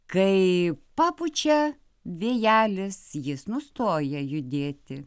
kai papučia vėjelis jis nustoja judėti